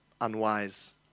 unwise